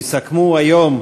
יסכמו היום: